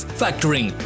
factoring